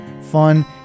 Fun